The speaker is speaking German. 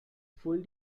voll